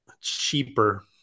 cheaper